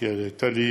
הייתה לי